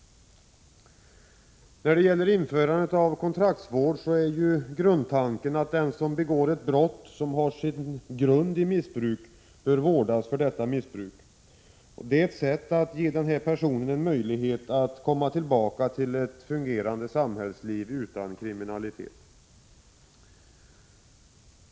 När det gäller införandet av kontraktsvård är tanken att den som begår ett brott som har sin grund i missbruk bör vårdas för detta missbruk. Det är ett sätt att ge denna person en möjlighet att komma tillbaka till ett fungerande samhällsliv utan kriminalitet.